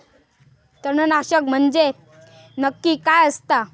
तणनाशक म्हंजे नक्की काय असता?